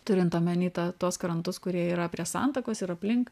turint omeny tą tuos krantus kurie yra prie santakos ir aplink